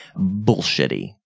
bullshitty